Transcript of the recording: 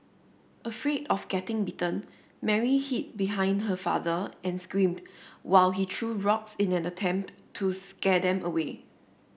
afraid of getting bitten Mary hid behind her father and screamed while he threw rocks in an attempt to scare them away